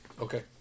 Okay